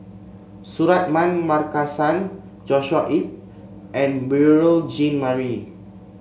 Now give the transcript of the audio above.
Suratman Markasan Joshua Ip and Beurel Jean Marie